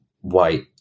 white